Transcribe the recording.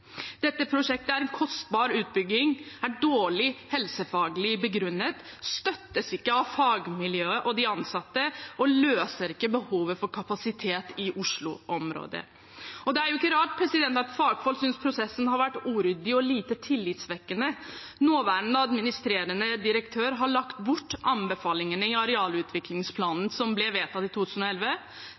Dette prosjektet er en kostbar utbygging, er dårlig helsefaglig begrunnet, støttes ikke av fagmiljøet og de ansatte og løser ikke behovet for kapasitet i Oslo-området. Det er ikke rart at fagfolk synes prosessen har vært uryddig og lite tillitvekkende. Nåværende administrerende direktør har lagt bort anbefalingene i arealutviklingsplanen som ble vedtatt i 2011.